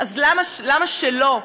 אז למה שלא,